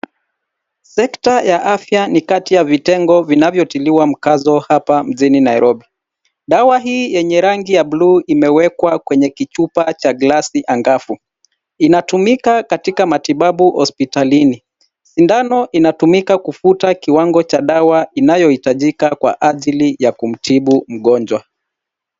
Sekta ya afya ni kati ya vitengo vinavyotiliwa mkazo hapa mjini Nairobi. Dawa hii yenye rangi ya buluu imewekwa kwenye kichupa cha glasi angavu. Inatumika katika matibabu hospitalini. Sindano inatumika kuvuta kiwango cha dawa inayohitajika kwa ajili ya kumtibu mgonjwa.